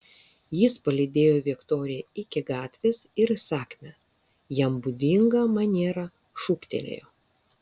jis palydėjo viktoriją iki gatvės ir įsakmia jam būdinga maniera šūktelėjo